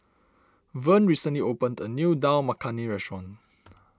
Vern recently opened a new Dal Makhani restaurant